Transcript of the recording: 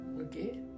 Okay